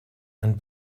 and